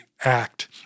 act